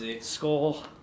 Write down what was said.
Skull